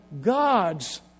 God's